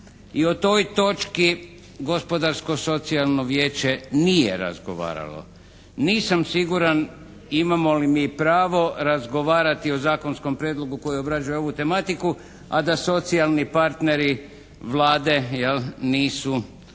i o toj točki gospodarsko socijalno vijeće nije razgovaralo. Nisam siguran imamo li mi pravo razgovarati o zakonskom prijedlogu koji obrađuje ovu tematiku a da socijalni partneri Vlade nisu